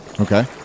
Okay